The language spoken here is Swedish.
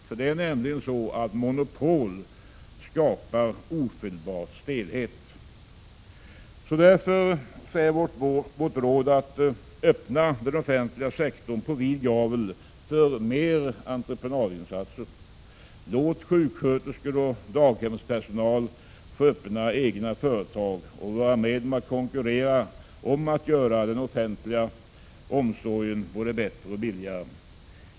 Monopol skapar nämligen ofelbart stelhet. Därför är vårt råd: Öppna den offentliga sektorn på vid gavel för mer entreprenadinsatser! Låt sjuksköterskor och daghemspersonal få öppna egna företag, vara med och konkurrera om att göra den offentliga omsorgen både bättre och billigare!